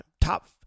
Top